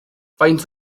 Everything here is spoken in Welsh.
faint